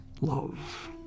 love